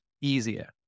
easier